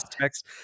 text